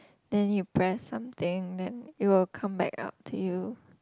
then you press something then it will come back up to you